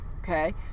Okay